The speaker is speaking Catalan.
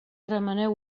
remeneu